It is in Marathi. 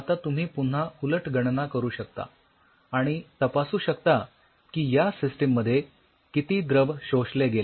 आता तुम्ही पुन्हा उलट गणना करू शकता आणि तपासू शकता की या सिस्टीम मध्ये किती द्रव शोषले गेले